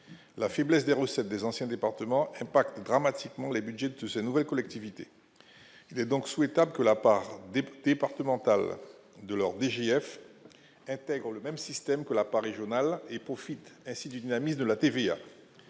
la faiblesse des recettes des anciens départements impact dramatiquement les Budgets de ces nouvelles collectivités, il est donc souhaitable que la part des prix départemental de leur DGF intègre le même système que la part régionale et profite ainsi d'une amie de la TVA,